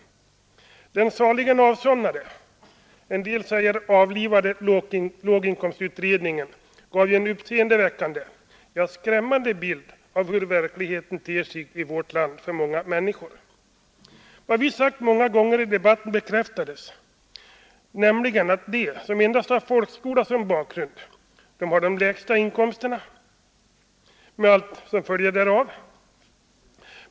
Den saligen avsomnade — en del säger avlivade — låginkomstutredningen gav ju en uppseendeväckande, ja skrämmande bild av hur verkligheten ter sig för många människor i vårt land. Vad vi sagt många gånger i debatten bekräftades, nämligen att de som endast har folkskola som bakgrund har de lägsta inkomsterna med allt som följer därav.